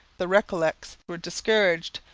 the recollets were discouraged.